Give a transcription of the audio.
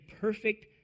perfect